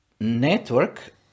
network